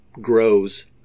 grows